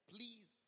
Please